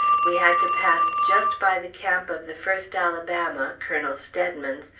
we had to pass just by the camp of the first alabama, colonel steadman's,